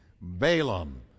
Balaam